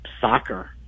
soccer